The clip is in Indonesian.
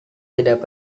tidak